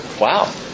wow